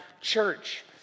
church